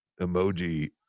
emoji